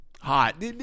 Hot